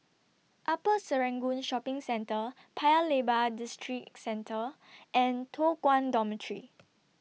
Upper Serangoon Shopping Centre Paya Lebar Districentre and Toh Guan Dormitory